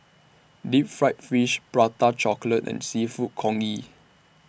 Deep Fried Fish Prata Chocolate and Seafood Congee